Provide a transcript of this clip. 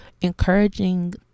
encouraging